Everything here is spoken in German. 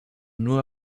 nur